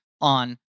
on